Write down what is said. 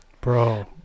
bro